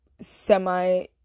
semi